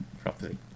properly